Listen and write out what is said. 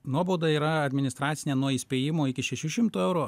nuobauda yra administracinė nuo įspėjimo iki šešių šimtų eurų